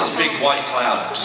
big white cloud